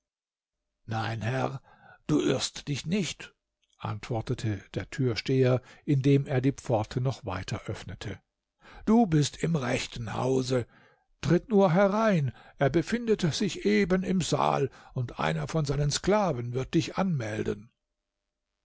nein herr du irrst dich nicht antwortete der türsteher indem er die pforte noch weiter öffnete du bist im rechten hause tritt nur herein er befindet sich eben im saal und einer von seinen sklaven wird dich anmelden